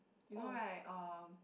you know right um